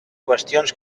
qüestions